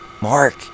Mark